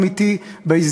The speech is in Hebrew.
שוויון אמיתי בהזדמנויות,